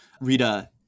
Rita